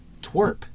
twerp